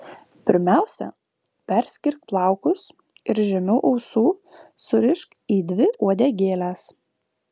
pirmiausia perskirk plaukus ir žemiau ausų surišk į dvi uodegėles